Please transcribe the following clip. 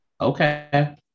Okay